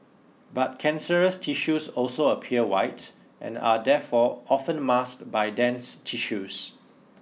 but cancerous tissues also appear white and are therefore often masked by dense tissues